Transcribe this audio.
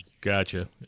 Gotcha